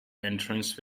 entrance